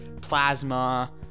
plasma